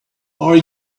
are